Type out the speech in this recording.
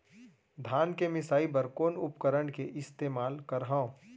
धान के मिसाई बर कोन उपकरण के इस्तेमाल करहव?